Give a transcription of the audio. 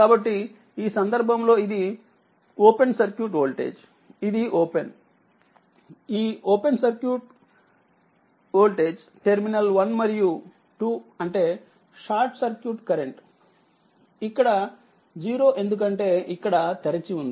కాబట్టిఈసందర్భంలో ఇదిVocఇది ఓపెన్ ఈVocటెర్మినల్1 మరియు 2 అంటే షార్ట్ సర్క్యూట్ కరెంట్ ఇక్కడ 0 ఎందుకంటే ఇక్కడ తెరిచి ఉంది